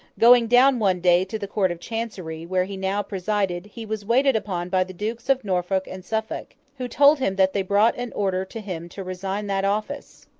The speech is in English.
going down one day to the court of chancery, where he now presided, he was waited upon by the dukes of norfolk and suffolk, who told him that they brought an order to him to resign that office,